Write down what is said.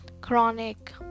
chronic